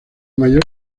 mayor